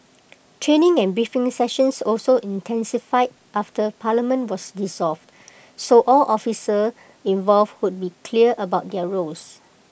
training and briefing sessions also intensified after parliament was dissolved so all officers involved would be clear about their roles